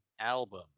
album